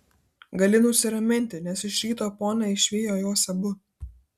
gali nusiraminti nes iš ryto ponia išvijo juos abu